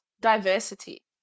diversity